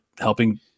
Helping